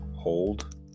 Hold